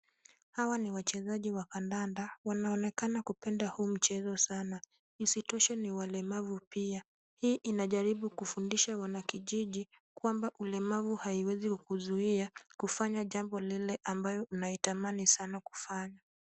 Hawa ni wachezaji wa kandanda. Wanaonekana kupenda huu mchezo sana, isitoshe ni walemavu pia. Hii inajaribu kufundisha wanakijiji kwamba ulemavu haiwezi kukuzuia kufanya jambo lile ambayo unaitamani sana kufanya.